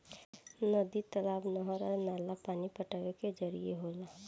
नदी, तालाब, नहर आ नाला पानी पटावे के जरिया होला